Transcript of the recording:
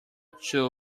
two